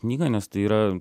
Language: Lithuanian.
knyga nes tai yra